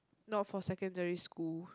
not for secondary school